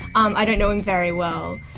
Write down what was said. um i don't know him very well,